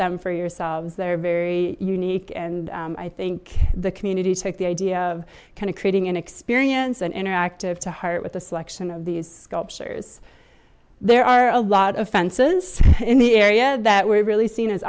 them for yourselves they're very unique and i think the community took the idea of kind of creating an experience and interactive to heart with a selection of these sculptures there are a lot of fences in the area that we really seen as